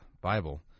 Bible